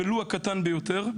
ולו הקטן ביותר,